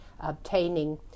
obtaining